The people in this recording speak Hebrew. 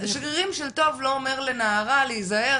שגרירים של טוב לא אומר לנערה להיזהר,